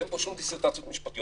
ואין פה שום דיסרטציות משפטיות,